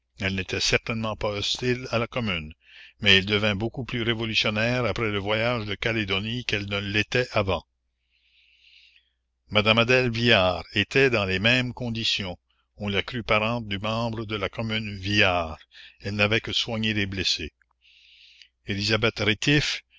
elle n'était la commune certainement pas hostile à la commune mais elle devint beaucoup plus révolutionnaire après le voyage de calédonie qu'elle ne l'était avant madame adèle viard était dans les mêmes conditions on la crut parente du membre de la commune viard elle n'avait que soigné les blessés elisabeth